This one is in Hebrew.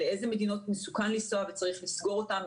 לאיזה מדינות מסוכן לנסוע וצריך לסגור אותן,